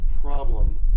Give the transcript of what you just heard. problem